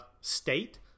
state